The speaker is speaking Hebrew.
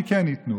כן ייתנו.